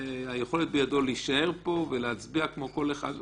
היכולת בידו להישאר פה ולהצביע כמו כל אחד,